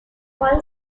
oil